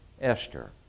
Esther